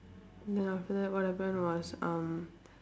then after that what happened was um